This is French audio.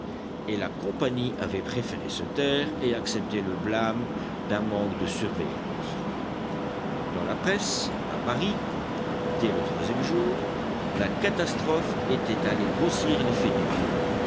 et la compagnie avait préféré se taire et accepter le blâme d'un manque de surveillance dans la presse à paris dès le troisième jour la catastrophe était allée grossir les faits divers